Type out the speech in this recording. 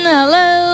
Hello